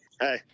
Hey